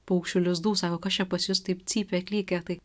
paukščių lizdų sako kas čia pas jus taip cypia klykia tai